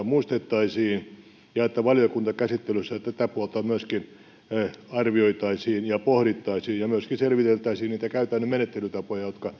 muistettaisiin ja että valiokuntakäsittelyssä tätä puolta myöskin arvioitaisiin ja pohdittaisiin ja myöskin selviteltäisiin niitä käytännön menettelytapoja jotka